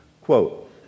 Quote